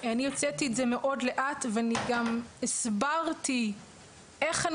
אני הוצאתי את זה מאוד לאט ואני גם הסברתי איך אני